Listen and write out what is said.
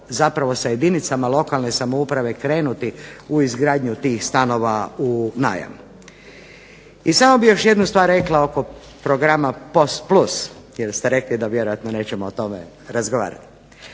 zapravo sa jedinicama lokalne samouprave krenuti u izgradnju tih stanova u najmu. I samo bih još jednu stvar rekla oko programa POS plus, jer ste rekli da vjerojatno nećemo o tome razgovarati.